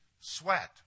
sweat